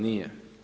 Nije.